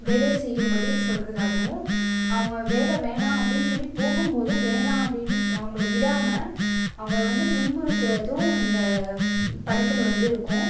வேலை செய்யும் படி சொல்றதாகவும் அவங்க வேலை வேணாம் அப்படின்னு சொல்லி போகும்போதும் வேணா அப்படின்னு அவங்கள விடாமல் அவங்கள வந்து துன்புறுத்துவதும் இந்த படத்தில் வந்து இருக்கும்